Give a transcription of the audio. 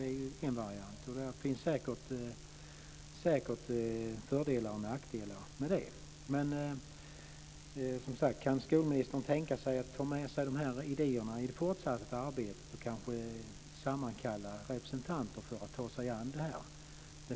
Det är en variant. Det finns säkert fördelar och nackdelar med det. Kan skolministern tänka sig ta med de idéerna i det fortsatta arbetet och kanske sammankalla representanter för att ta sig an den uppgiften?